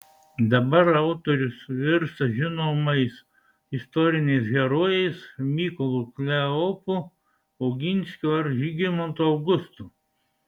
dabar autorius virsta žinomais istoriniais herojais mykolu kleopu oginskiu ar žygimantu augustu